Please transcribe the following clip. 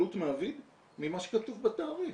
עלות מעביד, ממה שכתוב בתעריף.